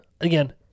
again